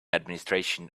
administration